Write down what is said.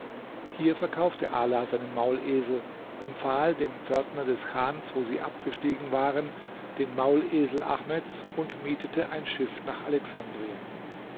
hier verkaufte ala seinen maulesel empfahl dem pförtner des chans wo sie abgestiegen waren den maulesel ahmeds und mietete ein schiff nach alexandrien